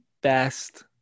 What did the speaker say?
best